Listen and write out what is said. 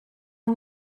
yng